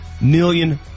million